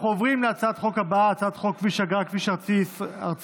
אנחנו עוברים להצעת החוק הבאה הצעת חוק כביש אגרה (כביש ארצי לישראל)